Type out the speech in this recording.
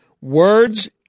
words